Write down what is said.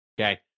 Okay